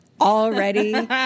already